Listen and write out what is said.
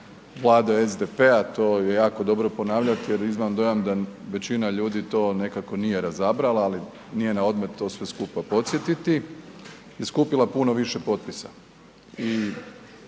Vlade SDP-a, to je jako dobro ponavljati jer imam dojam da većina ljudima to nekako nije razabrala, ali nije naodmet to sve skupa podsjetiti i skupila puno više potpisa.